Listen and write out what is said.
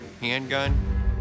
handgun